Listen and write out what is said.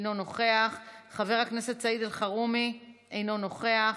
אינו נוכח, חבר הכנסת סעיד אלחרומי, אינו נוכח,